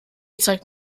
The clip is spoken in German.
zeigt